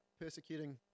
persecuting